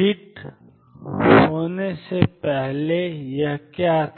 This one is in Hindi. हिट होने से पहले यह क्या था